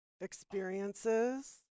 experiences